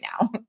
now